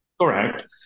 Correct